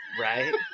Right